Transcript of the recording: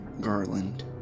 Garland